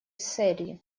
серри